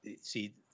see